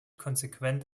konsequent